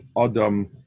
Adam